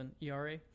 ERA